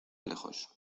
lejos